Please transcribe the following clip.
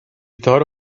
thought